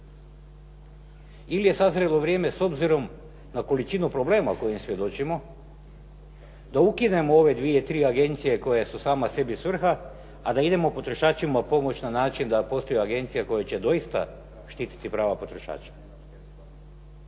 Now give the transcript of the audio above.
ili je sazrelo vrijeme s obzirom na količinu problema o kojim svjedočimo, da ukinemo ove dvije, tri agencije koje su sama sebi svrha, a da idemo potrošačima pomoći na način da postoji agencija koja će doista štiti prava potrošača.